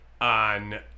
on